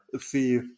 see